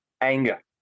anger